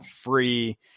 free